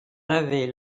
avez